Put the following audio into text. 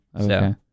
okay